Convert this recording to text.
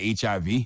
HIV